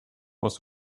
was